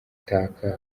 gutaka